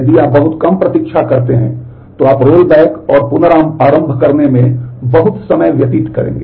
यदि आप बहुत कम प्रतीक्षा करते हैं तो आप रोलबैक और पुनरारंभ करने में बहुत समय व्यतीत करेंगे